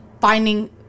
finding